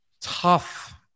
Tough